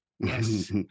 Yes